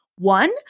One